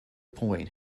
point